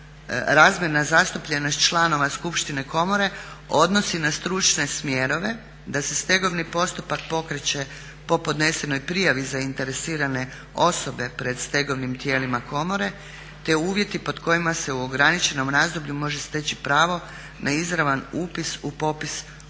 razmjena zastupljenost članova skupštine komore odnosi na stručne smjerove, da se stegovni postupak pokreće po podnesenoj prijavi zainteresirane osobe pred stegovnim tijelima komore, te uvjeti pod kojima se u ograničenom razdoblju može steći pravo na izravan upis u popis